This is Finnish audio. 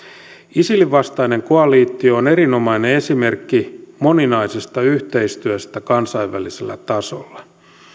isilin vastainen koalitio on erinomainen esimerkki moninaisesta yhteistyöstä kansainvälisellä tasolla